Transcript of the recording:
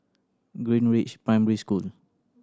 Greenridge Primary School